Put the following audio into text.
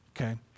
okay